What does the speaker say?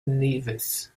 nevis